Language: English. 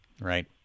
Right